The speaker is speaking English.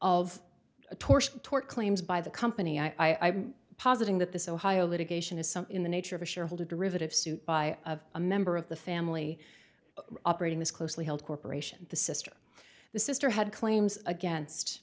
of a torch tort claims by the company i positing that this ohio litigation is something in the nature of a shareholder derivative suit by of a member of the family operating this closely held corporation the sister the sister had claims against